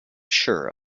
sure